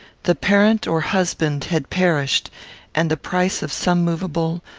the parent or husband had perished and the price of some movable,